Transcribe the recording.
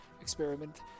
experiment